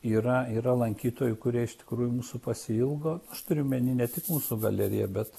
yra yra lankytojų kurie iš tikrųjų mūsų pasiilgo aš turiu omeny ne tik mūsų galeriją bet